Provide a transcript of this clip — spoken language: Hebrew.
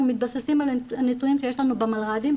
מתבססים על הנתונים שיש לנו במלר"דים,